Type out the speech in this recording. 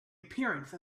appearance